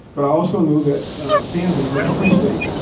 but i also knew that kansas was a free state.